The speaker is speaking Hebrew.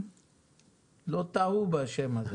לא טעו בשם הזה.